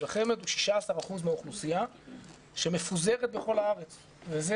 החמ"ד הוא 16% מהאוכלוסיה שמפוזרת בכל הארץ וזה,